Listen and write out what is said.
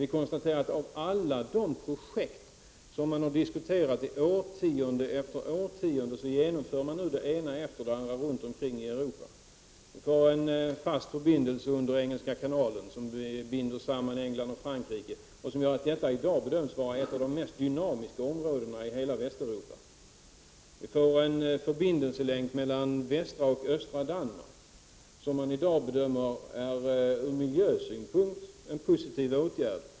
Det ena projektet efter det andra som har diskuterats årtionde efter årtionde genomförs nu runt omkring i Europa, t.ex. en fast förbindelse under Engelska kanalen som binder samman England och Frankrike. Detta område bedöms vara ett av de mest dynamiska områdena i hela Västeuropa. Vi får en förbindelselänk mellan västra och östra Danmark. Det bedöms i dag vara en ur miljösynpunkt positiv åtgärd.